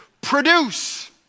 produce